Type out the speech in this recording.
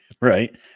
Right